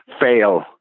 fail